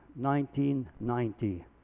1990